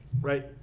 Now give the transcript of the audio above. Right